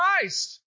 Christ